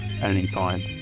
anytime